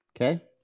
Okay